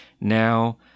now